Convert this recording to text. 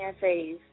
face